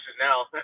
now